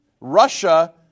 Russia